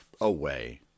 away